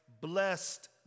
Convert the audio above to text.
blessed